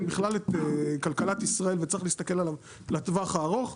בכלל את כלכלת ישראל וצריך להסתכל עליו לטווח הארוך,